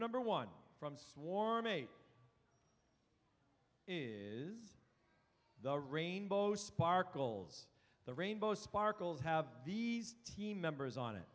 number one from swarm eight is the rainbow sparkles the rainbow sparkles have these team members on it